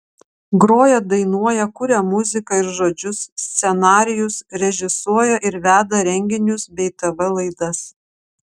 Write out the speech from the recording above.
groja dainuoja kuria muziką ir žodžius scenarijus režisuoja ir veda renginius bei tv laidas